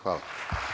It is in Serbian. Hvala.